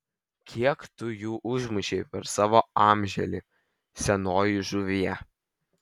kiek tu jų užmušei per savo amželį senoji žuvie